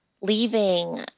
Leaving